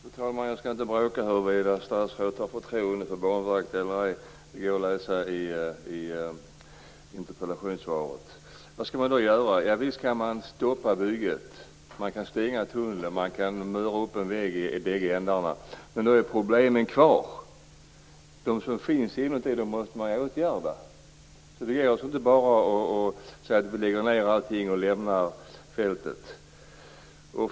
Fru talman! Jag skall inte bråka om huruvida statsrådet har förtroende för Banverket eller ej. Det går att läsa i interpellationssvaret. Vad skall man då göra? Visst kan man stoppa bygget. Man kan stänga tunneln, man kan mura en vägg i bägge ändar. Men problemen är kvar. De problem som finns måste man åtgärda. Det går alltså inte bara att säga att vi skall lägga ned allting och lämna fältet.